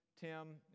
Tim